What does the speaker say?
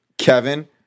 Kevin